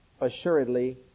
assuredly